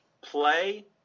play